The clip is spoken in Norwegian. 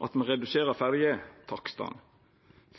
at me reduserer ferjetakstane,